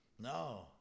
No